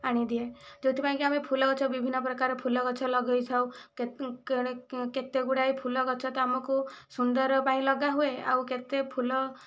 ଆଣିଦିଏ ଯେଉଁଥିପାଇଁକି ଆମେ ଫୁଲ ଗଛ ବିଭିନ୍ନ ପ୍ରକାର ଫୁଲ ଗଛ ଲଗେଇ ଥାଉ କେତେ ଗୁଡ଼ାଏ ଫୁଲ ଗଛ ତ ଆମକୁ ସୁନ୍ଦର ପାଇଁ ଲଗାହୁଏ ଆଉ କେତେ ଫୁଲ